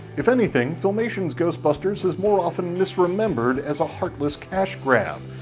if anything, filmation's ghostbusters is more often misremembered as a heartless cash grab.